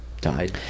died